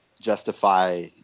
justify